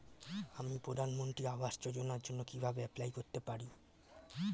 আমি প্রধানমন্ত্রী আবাস যোজনার জন্য কিভাবে এপ্লাই করতে পারি?